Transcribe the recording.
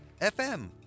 FM